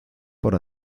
por